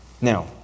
Now